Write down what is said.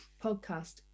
podcast